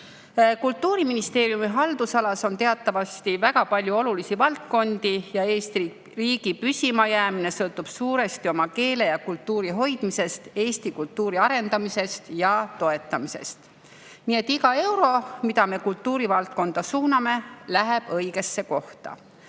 Kultuuriministeeriumi haldusalas on teatavasti väga palju olulisi valdkondi. Eesti riigi püsimajäämine sõltub suuresti oma keele ja kultuuri hoidmisest, eesti kultuuri arendamisest ja toetamisest. Nii et iga euro, mis me kultuurivaldkonda suuname, läheb õigesse kohta.